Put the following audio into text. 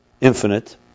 infinite